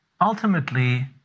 ultimately